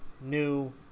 new